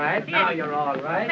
right now you're all right